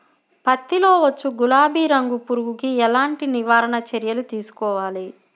పత్తిలో వచ్చు గులాబీ రంగు పురుగుకి ఎలాంటి నివారణ చర్యలు తీసుకోవాలి?